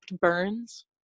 burns